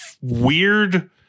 weird